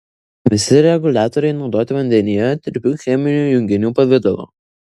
visi reguliatoriai naudoti vandenyje tirpių cheminių junginių pavidalo